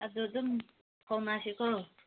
ꯑꯗꯨ ꯑꯗꯨꯝ ꯐꯥꯎꯅꯁꯤꯀꯣ